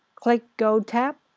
click go tab.